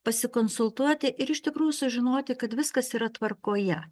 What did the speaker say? pasikonsultuoti ir iš tikrųjų sužinoti kad viskas yra tvarkoje